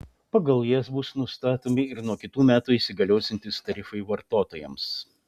pagal jas bus nustatomi ir nuo kitų metų įsigaliosiantys tarifai vartotojams